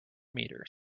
meters